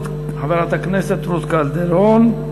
חברת הכנסת רות קלדרון,